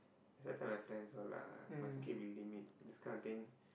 that's why I tell my friends all lah must keep a limit this kind of thing